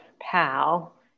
pal